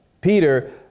Peter